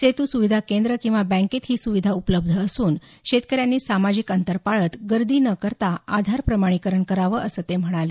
सेतू सुविधा केंद्र किंवा बँकेत ही सुविधा उपलब्ध असून शेतकऱ्यांनी सामाजिक अंतर पाळत गर्दी न करता आधार प्रमाणिकरण करावं असं ते म्हणाले